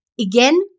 Again